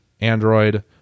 Android